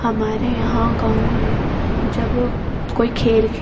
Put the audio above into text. ہمارے یہاں گاؤں میں جب کوئی کھیل